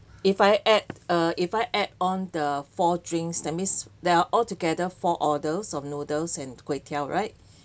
if I add uh if I add on the four drinks that means there are altogether four orders of noodles and kway teow right